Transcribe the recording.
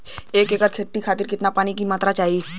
एक एकड़ खेती करे खातिर कितना पानी के मात्रा चाही?